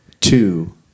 two